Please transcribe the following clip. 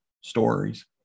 stories